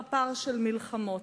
פרפר של מלחמות.